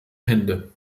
hände